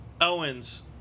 Owens